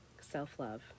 self-love